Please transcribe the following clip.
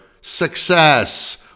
success